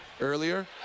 earlier